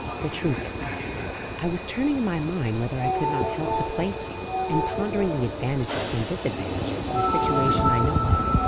the truth is, constance, i was turning in my mind whether i could not help to place you, and pondering the advantages and disadvantages of a situation i know of.